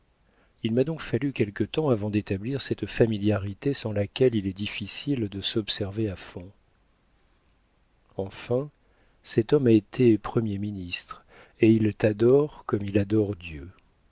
il m'a donc fallu quelque temps avant d'établir cette familiarité sans laquelle il est difficile de s'observer à fond enfin cet homme a été premier ministre et il t'adore comme il adore dieu